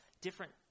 different